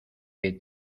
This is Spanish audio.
que